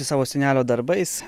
savo senelio darbais